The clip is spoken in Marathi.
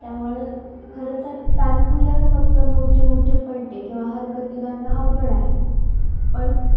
त्यामुळं खरंतर तानपुऱ्यावर फक्त मोठे मोठे पलटे किंवा हरकती गाणं अवघड आहे पण